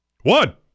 One